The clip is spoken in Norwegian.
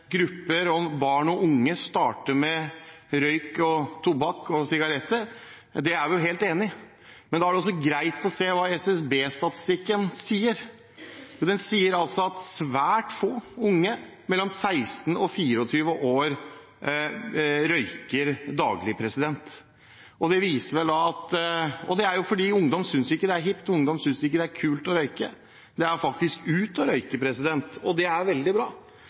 grupper av barn og unge starter med røyk, tobakk og sigaretter, er jeg helt enig i. Men da er det greit å se hva SSB-statistikken sier. Den sier at svært få unge mellom 16 og 24 år røyker daglig. Det er fordi ungdom ikke synes det er «hipt», ungdom synes ikke det er kult å røyke. Det er faktisk «ut» å røyke. Det er veldig bra